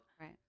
Right